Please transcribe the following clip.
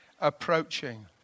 approaching